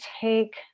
take